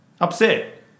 Upset